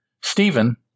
Stephen